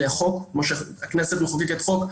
כמו שהכנסת מחוקקת חוק,